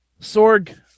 Sorg